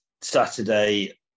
Saturday